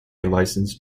license